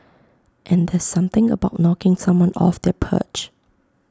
and there's something about knocking someone off their perch